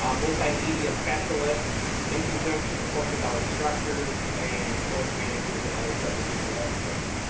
um multi-media specialists in conjunction of course with our instructors and course managers and other subject matter experts.